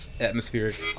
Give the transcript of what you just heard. atmospheric